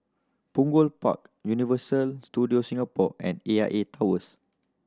Punggol Park Universal Studios Singapore and A I A Towers